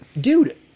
Dude